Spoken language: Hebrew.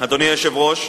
אדוני היושב-ראש,